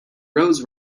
roads